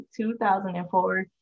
2004